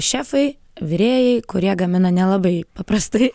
šefai virėjai kurie gamina nelabai paprastai